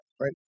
right